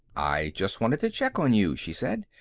i just wanted to check on you, she said.